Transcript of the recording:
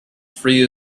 free